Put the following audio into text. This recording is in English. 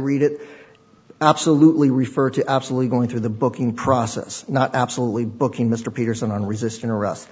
read it absolutely refer to absolutely going through the booking process not absolutely booking mr peterson on resisting arrest